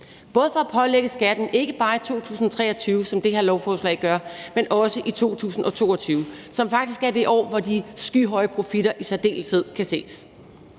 både for at pålægge skatten, ikke bare i 2023, som det her lovforslag gør, men også i 2022, som faktisk er det år, hvor de skyhøje profitter i særdeleshed kan ses.